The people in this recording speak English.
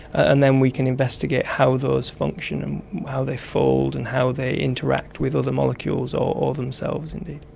and then we can investigate how those function and how they fold and how they interact with other molecules or themselves indeed.